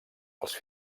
als